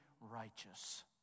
righteous